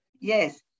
Yes